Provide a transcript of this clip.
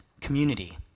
community